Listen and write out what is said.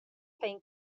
paying